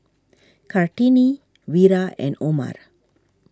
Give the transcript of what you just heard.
Kartini Wira and Omar